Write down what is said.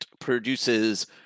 produces